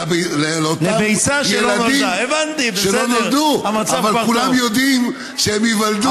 ילדים שלא נולדו אבל כולם יודעים שהם ייוולדו.